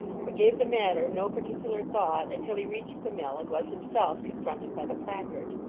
but gave the matter no particular thought until he reached the mill and was himself confronted by the placard.